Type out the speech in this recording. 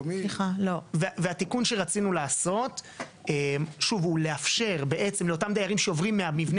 התיקון שרצינו לעשות הוא לאפשר לאותם דיירים שעוברים מהמבנה